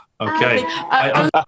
Okay